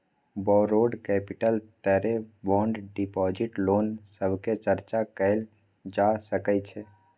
borrowed capital तरे bond deposit loan सभक चर्चा कएल जा सकइ छै